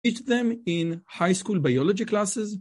eat them in, high-school biology classes.